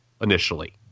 initially